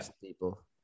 people